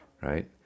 right